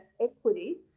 equity